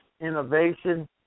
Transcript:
innovation